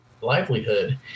livelihood